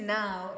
now